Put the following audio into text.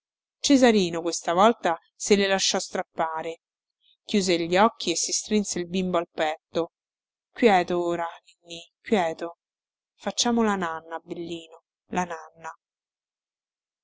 cesarino questa volta se le lasciò strappare chiuse gli occhi e si strinse il bimbo al petto quieto ora ninnì quieto facciamo la nanna bellino la nanna